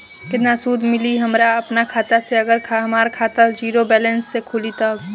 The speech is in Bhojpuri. केतना सूद मिली हमरा अपना खाता से अगर हमार खाता ज़ीरो बैलेंस से खुली तब?